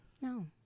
No